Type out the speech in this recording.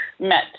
met